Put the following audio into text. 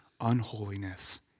unholiness